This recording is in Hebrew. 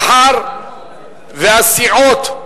מאחר שהסיעות,